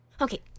Okay